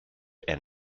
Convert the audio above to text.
and